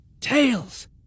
Tails